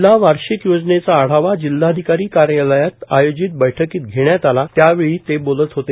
जिल्हा वार्षिक योजनेचा आढावा जिल्हाधिकारी कार्यालयात आयोजित बैठकीत घेण्यात आला त्यावेळी ते बोलत होते